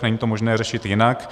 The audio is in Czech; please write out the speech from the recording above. Není to možné řešit jinak.